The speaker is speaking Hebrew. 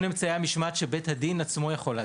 אמצעי המשמעת שבית הדין עצמו יכול להטיל.